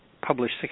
published